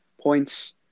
points